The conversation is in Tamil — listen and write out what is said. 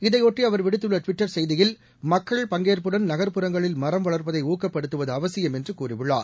இதையொட்டி அவர் விடுத்துள்ள டுவிட்டர் செய்தியில் மக்கள் பங்கேற்புடன் நகர்ப்புறங்களில் மரம் வள்ப்பதை ஊக்கப்படுத்துவது அவசியம் என்று கூறியுள்ளார்